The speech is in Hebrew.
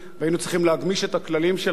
והיינו צריכים להגמיש את הכללים שלנו